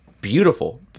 beautiful